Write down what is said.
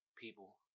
people